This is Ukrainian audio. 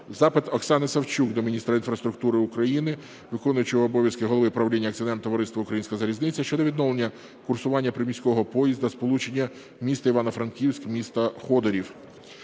Запит Оксани Савчук до міністра інфраструктури України, виконуючого обов'язки голови правління Акціонерного товариства "Українська залізниця" щодо відновлення курсування приміського поїзда сполученням міста Івано-Франківськ - міста Ходорів.